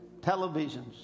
televisions